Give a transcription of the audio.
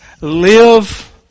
live